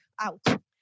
out